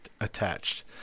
attached